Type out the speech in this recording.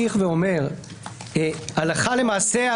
ואומר בהמשך לאותה פסקה: "הלכה למעשה,